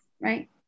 Right